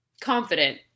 confident